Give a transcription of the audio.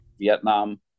Vietnam